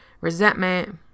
resentment